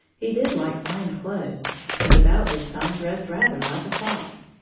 he did like fine clothes and about this time dressed rather like a fop.